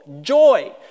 Joy